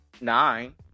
nine